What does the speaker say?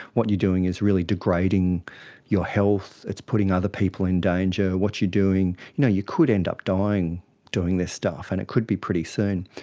what you're doing is really degrading your health, it's putting other people in danger, what you're doing, you know you could end up dying doing this stuff, and it could be pretty soon.